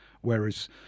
whereas